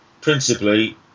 principally